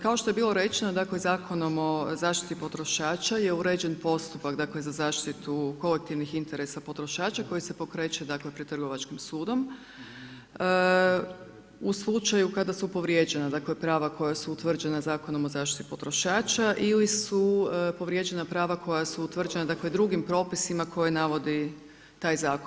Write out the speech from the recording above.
Kao što je bilo rečeno, dakle Zakonom o zaštiti potrošača je uređen postupak za zaštitu kolektivnih interesa potrošača koji se pokreće pred Trgovačkim sudom u slučaju kada su povrijeđena dakle prava koja su utvrđena Zakonom o zaštiti potrošača ili su povrijeđena prava koja su utvrđena, dakle drugim propisima koje navodi taj zakon.